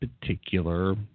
particular